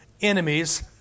enemies